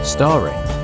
Starring